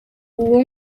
uwo